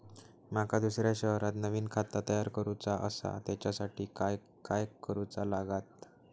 माका दुसऱ्या शहरात नवीन खाता तयार करूचा असा त्याच्यासाठी काय काय करू चा लागात?